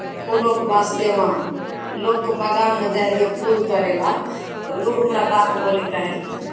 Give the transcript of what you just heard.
फूलोके वास्तेमे लोकके बगानमे जाइ रहियै फूल तोड़य लेल तऽ लोग हमरा बात बोली कहैत रहथिन